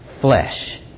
flesh